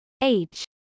Age